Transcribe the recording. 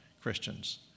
Christians